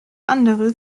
andere